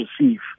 receive